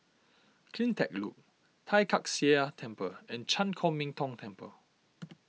CleanTech Loop Tai Kak Seah Temple and Chan Chor Min Tong Temple